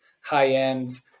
high-end